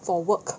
for work